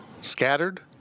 scattered